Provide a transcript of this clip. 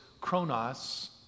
Chronos